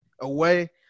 away